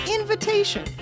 invitation